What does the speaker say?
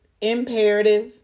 imperative